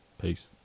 peace